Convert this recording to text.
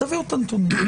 תביאו את הנתונים.